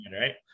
right